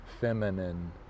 feminine